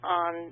on